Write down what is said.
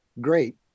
Great